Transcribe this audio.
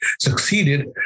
succeeded